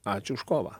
ačiū už kovą